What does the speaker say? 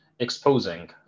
Exposing